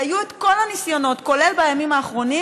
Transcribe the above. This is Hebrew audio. היו את כל הניסיונות, כולל בימים האחרונים,